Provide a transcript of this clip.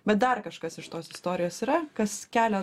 bet dar kažkas iš tos istorijos yra kas kelia